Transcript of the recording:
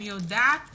אני יודעת